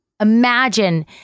imagine